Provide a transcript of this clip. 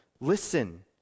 listen